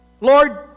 Lord